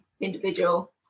individual